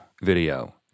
video